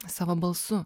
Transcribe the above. savo balsu